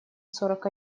сорок